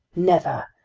never!